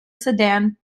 sedan